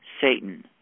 Satan